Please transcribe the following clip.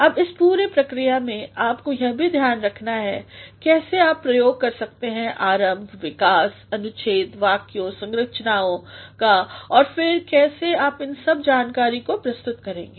अब इस पूरे प्रक्रिया में आपको यह भीध्यान में रखना है कैसे आप प्रयोग कर सकते हैंआरंभ विकास अनुच्छेद वाक्यों संरचनाओं का और फिरकैसे आप इस जानकारी को प्रस्तुत करेंगे